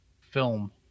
film